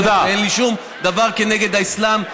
ואין לי שום דבר כנגד האסלאם,